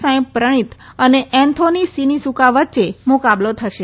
સાંઈ પ્રણિત અને Anthony Sinisuka વચ્ચે મુકાબલો થશે